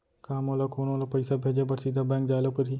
का मोला कोनो ल पइसा भेजे बर सीधा बैंक जाय ला परही?